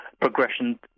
progression